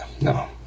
no